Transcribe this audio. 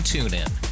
TuneIn